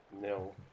no